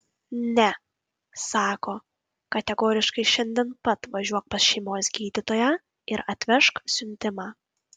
ne sako kategoriškai šiandien pat važiuok pas šeimos gydytoją ir atvežk siuntimą